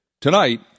Tonight